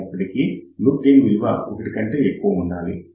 అయినప్పటికీ loop gain విలువ 1 కంటే ఎక్కువ ఉండాలి